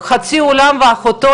חצי עולם ואחותו,